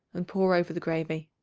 and pour over the gravy.